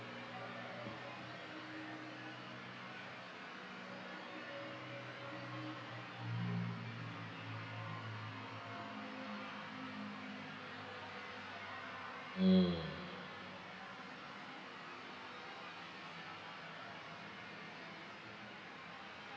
mm